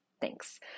Thanks